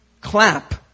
clap